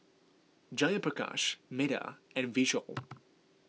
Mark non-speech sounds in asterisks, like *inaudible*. Jayaprakash Medha and Vishal *noise*